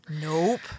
nope